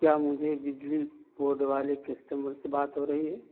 کیا مجھے بجلی بورڈ والے کسٹمر سے بات ہو رہی ہے